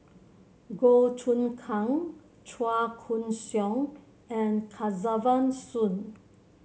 Goh Choon Kang Chua Koon Siong and Kesavan Soon